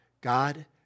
God